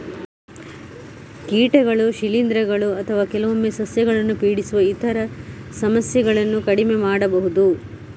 ಕೀಟಗಳು, ಶಿಲೀಂಧ್ರಗಳು ಅಥವಾ ಕೆಲವೊಮ್ಮೆ ಸಸ್ಯಗಳನ್ನು ಪೀಡಿಸುವ ಇತರ ಸಮಸ್ಯೆಗಳನ್ನು ಕಡಿಮೆ ಮಾಡಬಹುದು